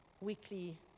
weekly